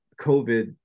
covid